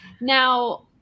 Now